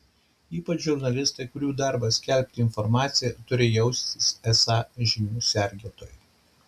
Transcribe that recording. ypač žurnalistai kurių darbas skelbti informaciją turi jaustis esą žinių sergėtojai